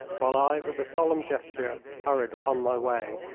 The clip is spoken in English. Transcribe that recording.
while i, with a solemn gesture, hurried upon my way.